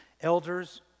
Elders